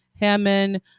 Hammond